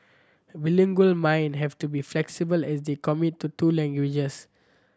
bilingual mind have to be flexible as they commit to two languages